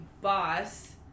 boss